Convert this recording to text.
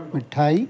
മിഠായി